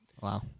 Wow